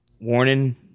Warning